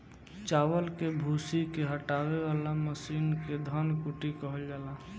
चावल के भूसी के हटावे वाला मशीन के धन कुटी कहल जाला